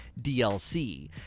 DLC